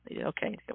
Okay